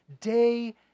day